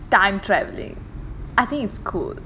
time travelling I think it's cool